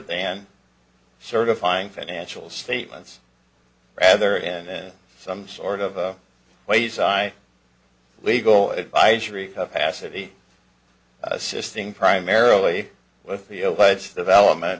than certifying financial statements rather in some sort of ways i legal advisory capacity assisting primarily with the alleged development